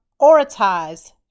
Prioritize